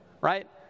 Right